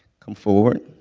come forward.